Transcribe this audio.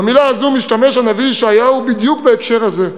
במילה הזאת משתמש הנביא ישעיהו בדיוק בהקשר הזה.